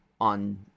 on